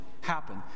happen